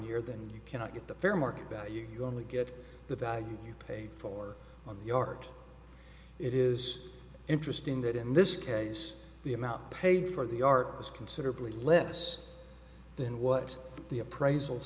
year then you cannot get the fair market value you only get the value you paid for on the yard it is interesting that in this case the amount paid for the art is considerably less than what the appraisal